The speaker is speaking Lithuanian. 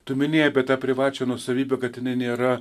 tu minėjai apie tą privačią nuosavybę kad jinai nėra